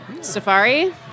safari